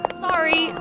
Sorry